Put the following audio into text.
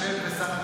תחשב.